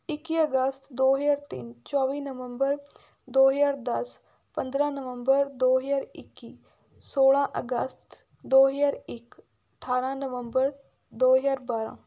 ਇੱਕੀ ਅਗਸਤ ਦੋ ਹਜ਼ਾਰ ਤਿੰਨ ਚੌਵੀ ਨਵੰਬਰ ਦੋ ਹਜ਼ਾਰ ਦਸ ਪੰਦਰ੍ਹਾਂ ਨਵੰਬਰ ਦੋ ਹਜ਼ਾਰ ਇੱਕੀ ਸੋਲ੍ਹਾਂ ਅਗਸਤ ਦੋ ਹਜ਼ਾਰ ਇੱਕ ਅਠਾਰ੍ਹਾਂ ਨਵੰਬਰ ਦੋ ਹਜ਼ਾਰ ਬਾਰ੍ਹਾਂ